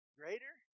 greater